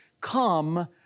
come